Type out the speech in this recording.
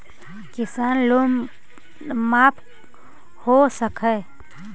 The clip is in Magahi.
किसान लोन माफ हो सक है?